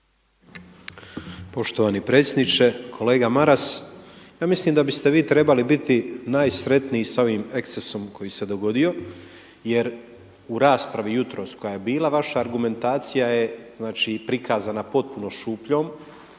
Poštovani predsjedniče! Kolega Maras, ja mislim da biste vi trebali biti najsretniji sa ovim ekscesom koji se dogodio jer u raspravi jutros koja je bila vaša argumentacija je znači prikazana potpuno šupljom,